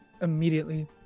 immediately